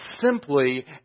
simply